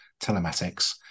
telematics